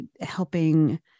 helping